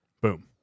boom